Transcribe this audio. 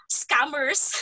scammers